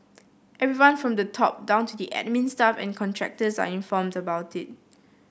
everyone from the top down to the admin staff and contractors are informed about it